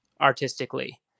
artistically